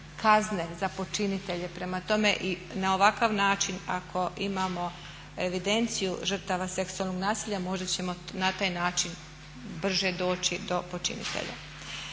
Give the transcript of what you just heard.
kazne za počinitelje. Prema tome i na ovakav način ako imamo evidenciju žrtava seksualnog nasilja možda ćemo na taj način brže doći do počinitelja.